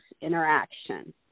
interaction